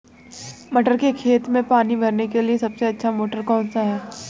मटर के खेत में पानी भरने के लिए सबसे अच्छा मोटर कौन सा है?